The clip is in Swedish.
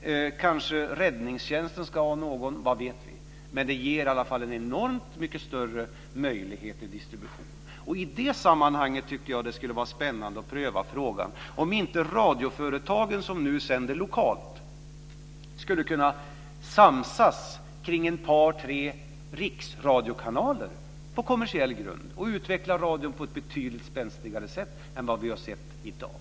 Kanske räddningstjänsten ska ha någon - vad vet vi? Det ger i alla fall en enormt mycket större möjlighet till distribution. I det sammanhanget tycker jag att det skulle vara spännande att pröva frågan om inte de radioföretag som nu sänder lokalt skulle kunna samsas kring ett par tre riksradiokanaler på kommersiell grund och utveckla radion på ett betydligt spänstigare sätt än vad vi har sett i dag.